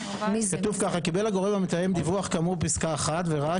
כתוב ככה "קיבל הגורם המתאם דיווח כאמור בפסקה (1) וראה